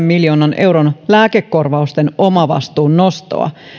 miljoonan euron lääkekorvausten omavastuun nostoa